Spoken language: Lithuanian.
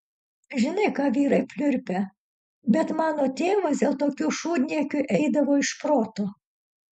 žinai ką vyrai pliurpia bet mano tėvas dėl tokių šūdniekių eidavo iš proto